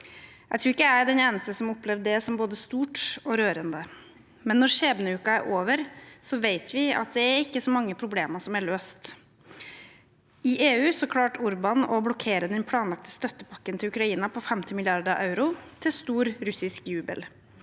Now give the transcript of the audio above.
Jeg tror ikke jeg er den eneste som har opplevd det som både stort og rørende. Men når skjebneuken er over, vet vi at det ikke er så mange problemer som er løst. I EU klarte Orbán å blokkere den planlagte støttepakken til Ukraina på 50 mrd. euro – til stor russisk jubel.